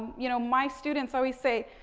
you know, my students always say,